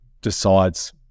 decides